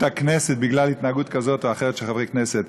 הכנסת בגלל התנהגות כזאת או אחרת של חברי כנסת,